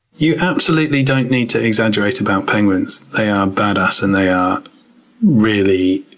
you absolutely don't need to exaggerate about penguins. they are badass and they are really